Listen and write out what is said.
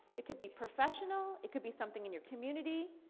it could be professional, it could be something in your community.